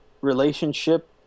relationship